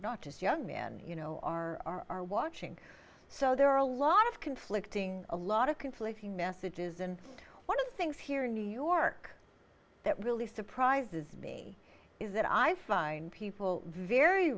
not as young men you know are watching so there are a lot of conflicting a lot of conflicting messages and one of the things here in new york that really surprises me is that i find people very